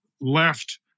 left